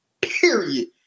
Period